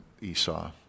Esau